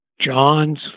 John's